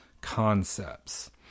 concepts